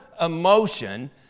emotion